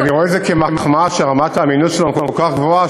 אני רואה את זה כמחמאה שרמת האמינות שלנו כל כך גבוהה,